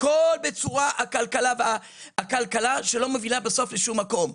הכל בצורה עקלקלה שלא מובילה בסוף לשום מקום.